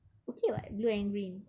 okay what blue and green